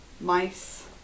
mice